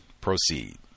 Proceed